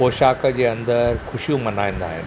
पोशाक जे अंदरि ख़ुशियूं मल्हाईंदा आहिनि